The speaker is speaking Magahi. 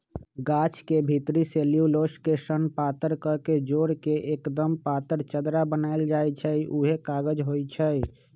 गाछ के भितरी सेल्यूलोस के सन पातर कके जोर के एक्दम पातर चदरा बनाएल जाइ छइ उहे कागज होइ छइ